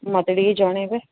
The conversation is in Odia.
ମୋତେ ଟିକେ ଜଣେଇବେ